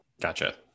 Gotcha